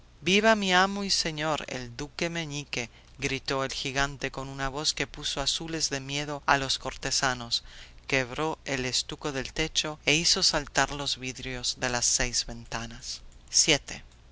viva mi amo y señor el duque meñique gritó el gigante con una voz que puso azules de miedo a los cortesanos quebró el estuco del techo e hizo saltar los vidrios de las seis ventanas